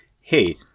hey